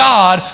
God